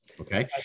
Okay